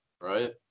Right